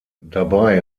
dabei